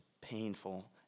painful